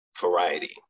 variety